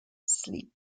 sleep